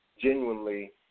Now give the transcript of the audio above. genuinely